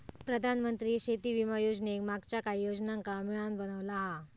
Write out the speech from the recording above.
प्रधानमंत्री शेती विमा योजनेक मागच्या काहि योजनांका मिळान बनवला हा